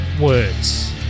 words